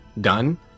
done